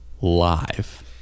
live